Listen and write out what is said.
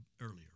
earlier